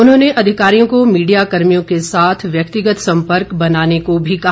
उन्होंने अधिकारियों को मीडिया कर्मियों के साथ व्यक्तिगत संपर्क बनाने को भी कहा